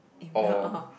or